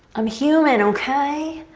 i'm human, okay?